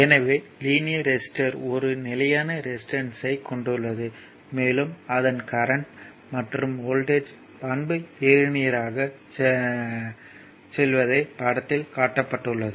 எனவே linear resistor ஒரு நிலையான ரெசிஸ்டன்ஸ்யைக் கொண்டுள்ளது மேலும் அதன் கரண்ட் மற்றும் வோல்ட்டேஜ் பண்பு லீனியர்யாக செல்வதைப் படத்தில் காட்டப்பட்டுள்ளது